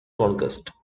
conquest